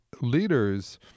leaders